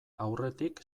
aurretik